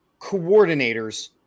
coordinators